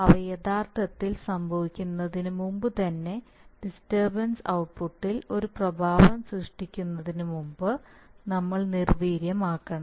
അവ യഥാർത്ഥത്തിൽ സംഭവിക്കുന്നതിനു മുമ്പുതന്നെ ഡിസ്റ്റർബൻസ് ഔട്ട്പുട്ടിൽ ഒരു പ്രഭാവം സൃഷ്ടിക്കുന്നതിനുമുമ്പ് നമ്മൾ നിർവീര്യമാക്കണം